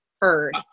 heard